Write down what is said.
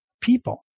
people